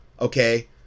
Okay